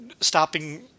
stopping